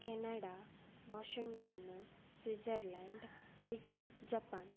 Canada Washington Switzerland Britain Japan